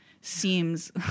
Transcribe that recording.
seems